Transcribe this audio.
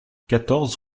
quatorze